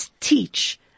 teach